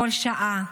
כל שעה,